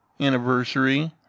anniversary